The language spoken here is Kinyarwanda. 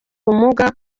ubumuga